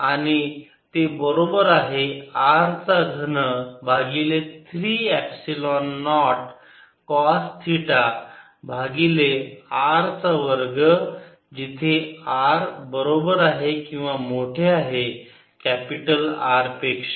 आणि ते बरोबर आहे R चा घन भागिले 3 एपसिलोन नॉट कॉस थिटा भागिले r चा वर्ग जिथे r बरोबर आहे किंवा मोठे आहे कॅपिटल R पेक्षा